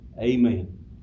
amen